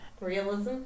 Realism